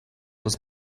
was